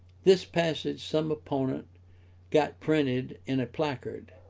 this passage some opponent got printed in a placard,